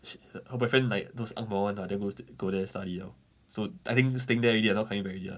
sh~ her boyfriend like those angmoh [one] ah then go go there study lor so I think just staying there already ah not coming back already ah